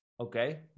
Okay